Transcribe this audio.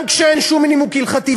גם כשאין שום נימוק הלכתי,